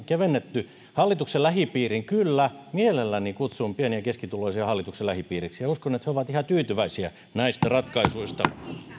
kevennetty hallituksen lähipiiriksi niin kyllä mielelläni kutsun pieni ja keskituloisia hallituksen lähipiiriksi ja uskon että he ovat ihan tyytyväisiä näistä ratkaisuista